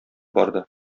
барды